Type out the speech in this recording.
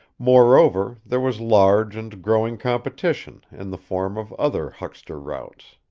moreover, there was large and growing competition, in the form of other huckster routes.